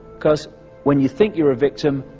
cause when you think you are a victim,